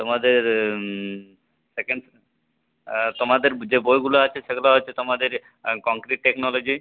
তোমাদের সেকেন্ড তোমাদের যে বইগুলো আছে সেগুলো হচ্ছে তোমাদের কংক্রিট টেকনোলজি